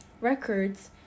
records